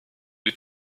est